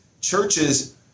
churches